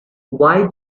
why